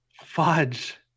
fudge